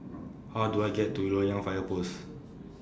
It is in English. How Do I get to Loyang Fire Post